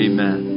Amen